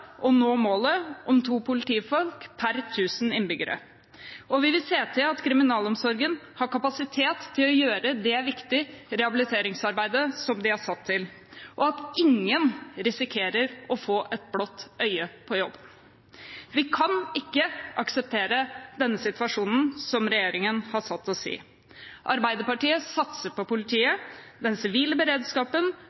å nå målet om to politifolk per tusen innbyggere, og vi vil se til at kriminalomsorgen har kapasitet til å gjøre det viktige rehabiliteringsarbeidet som de er satt til, og at ingen risikerer å få et blått øye på jobb. Vi kan ikke akseptere denne situasjonen som regjeringen har satt oss i. Arbeiderpartiet satser på politiet